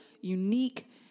unique